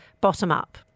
bottom-up